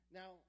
now